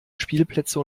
spielplätze